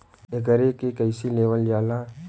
एकरके कईसे लेवल जाला?